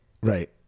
right